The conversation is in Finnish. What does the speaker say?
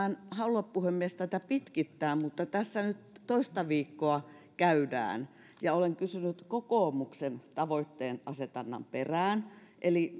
en halua puhemies tätä pitkittää mutta tässä nyt jo toista viikkoa tätä käydään olen kysynyt kokoomuksen tavoitteenasetannan perään eli